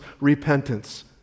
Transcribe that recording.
repentance